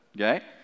Okay